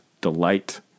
delight